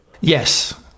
Yes